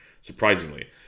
surprisingly